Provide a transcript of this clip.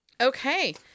Okay